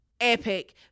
epic